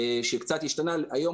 שקצת השתנה היום